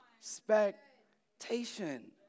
expectation